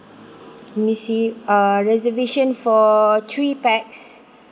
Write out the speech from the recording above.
miss yip err reservation for three pax